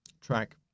track